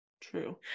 true